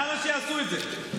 למה שיעשו את זה?